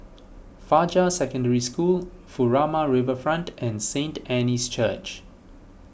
Fajar Secondary School Furama Riverfront and Saint Anne's Church